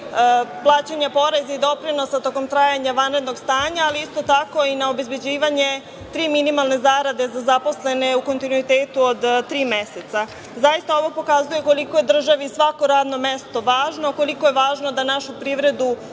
plaćanja poreza i doprinosa tokom trajanja vanrednog stanja, ali isto tako o i na obezbeđivanje tri minimalne zarade za zaposlene u kontinuitetu od tri meseca. Zaista ovo pokazuje koliko je državi svako radno mesto važno, koliko je važno da našu privredu